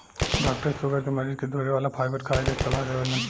doctor sugar के मरीज के धुले वाला फाइबर खाए के सलाह देवेलन